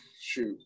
shoot